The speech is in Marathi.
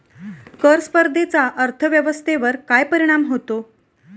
कर स्पर्धेचा अर्थव्यवस्थेवर काय परिणाम होतो?